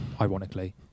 ironically